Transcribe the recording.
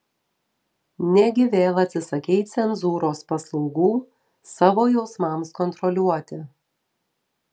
negi vėl atsisakei cenzūros paslaugų savo jausmams kontroliuoti